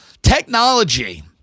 Technology